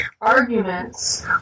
arguments